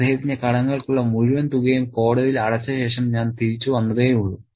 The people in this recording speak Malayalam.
അദ്ദേഹത്തിന്റെ കടങ്ങൾക്കുള്ള മുഴുവൻ തുകയും കോടതിയിൽ അടച്ച ശേഷം ഞാൻ തിരിച്ചുവന്നതേയുള്ളൂ